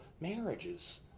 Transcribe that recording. marriages